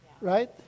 Right